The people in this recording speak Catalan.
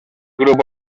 grup